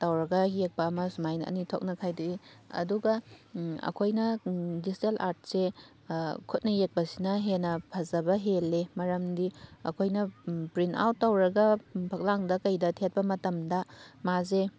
ꯇꯧꯔꯒ ꯌꯦꯛꯄ ꯑꯃ ꯁꯨꯃꯥꯏꯅ ꯑꯅꯤ ꯊꯣꯛꯅ ꯈꯥꯏꯗꯣꯛꯏ ꯑꯗꯨꯒ ꯑꯩꯈꯣꯏꯅ ꯗꯤꯖꯤꯇꯦꯜ ꯑꯥꯔꯠꯁꯦ ꯈꯨꯠꯅ ꯌꯦꯛꯄꯁꯤꯅ ꯍꯦꯟꯅ ꯐꯖꯕ ꯍꯦꯜꯂꯦ ꯃꯔꯝꯗꯤ ꯑꯩꯈꯣꯏꯅ ꯄ꯭ꯔꯤꯟꯠ ꯑꯥꯎꯠ ꯇꯧꯔꯒ ꯐꯛꯂꯥꯡꯗ ꯀꯩꯗ ꯊꯦꯠꯄ ꯃꯇꯝꯗ ꯃꯥꯁꯦ